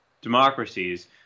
democracies